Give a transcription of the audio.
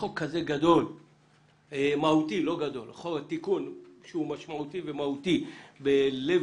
בחוק כזה מהותי תיקון שהוא משמעותי ומהותי בלב